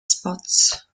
spots